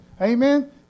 Amen